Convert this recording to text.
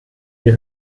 mir